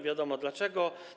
Wiadomo dlaczego.